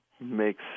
Makes